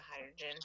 hydrogen